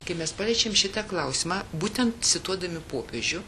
kai mes paliečiam šitą klausimą būtent cituodami popiežių